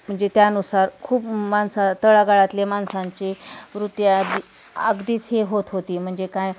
म्हणजे त्यानुसार खूप मानसा तळागाळातले माणसांची वृत्ती अगदीच हे होत होती म्हणजे काय